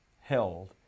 held